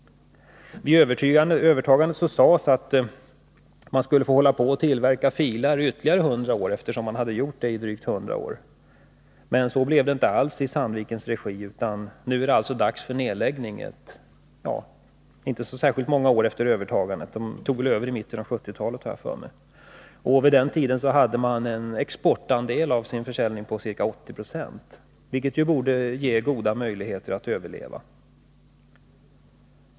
Vid övertagandet sades det att man skulle få hålla på att tillverka filar i ytterligare 100 år — man hade då gjort det i drygt 100 år. Men så blev det inte alls i Sandviks regi, utan nu är det alltså dags för nedläggning inte särskilt många år efter övertagandet. Jag har för mig att Sandvik tog över företaget i mitten av 1970-talet. Vid den tiden hade man en exportandel på ca 80 90 av sin försäljning, vilket ju borde ge goda möjligheter att överleva.